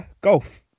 golf